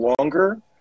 longer